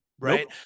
Right